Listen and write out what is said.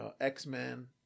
X-Men